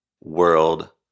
world